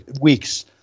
weeks